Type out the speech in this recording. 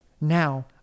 Now